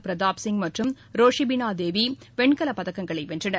பிரதாப் சிங் மற்றும் ரோஷிபினா தேவி வெண்கலப் பதக்கங்களை வென்றனர்